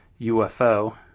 UFO